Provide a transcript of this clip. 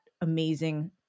amazing